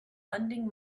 lending